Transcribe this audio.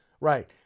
Right